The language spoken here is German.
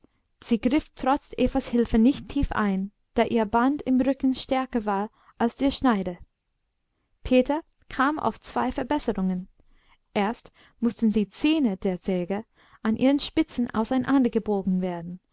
sie griff trotz evas hilfe nicht tief ein da ihr band im rücken stärker war als in der schneide peter kam auf zwei verbesserungen erst mußten die zähne der säge an ihren spitzen auseinandergebogen werden